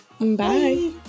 Bye